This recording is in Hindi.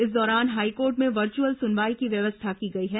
इस दौरान हाईकोर्ट में वर्चुअल सुनवाई की व्यवस्था की गई है